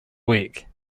week